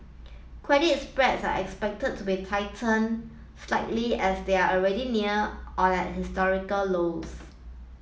credit spreads are expected to be tightened slightly as they are already near or at historical lows